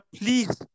please